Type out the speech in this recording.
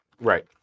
Right